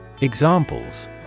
Examples